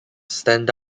stand